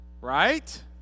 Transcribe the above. right